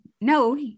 no